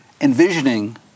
envisioning